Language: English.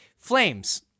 Flames